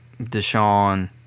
Deshaun